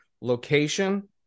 location